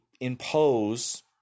Impose